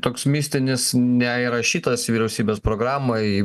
toks mistinis neįrašytas vyriausybės programai